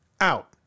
out